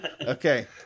Okay